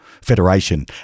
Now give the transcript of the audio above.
federation